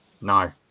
no